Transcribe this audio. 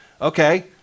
Okay